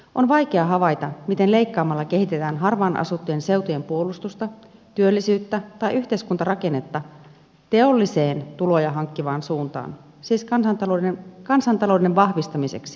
on vaikea havaita miten leikkaamalla kehitetään harvaan asuttujen seutujen puolustusta työllisyyttä tai yhteiskuntarakennetta teolliseen tuloja hankkivaan suuntaan siis kansantalouden vahvistamiseksi